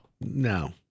No